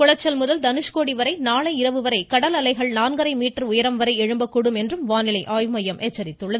குளச்சல் முதல் தனுஷ்கோடி வரை நாளை இரவு வரை கடல் அலைகள் நான்கரை மீட்டர் உயரம் வரை எழும்பக் கூடும் என்றும் வானிலை மையம் எச்சரித்துள்ளது